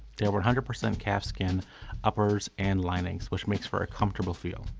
they're one hundred percent calfskin uppers and linings, which makes for a comfortable feel.